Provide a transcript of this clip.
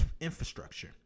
infrastructure